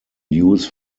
use